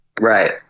right